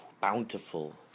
bountiful